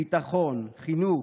ביטחון, חינוך,